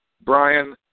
Brian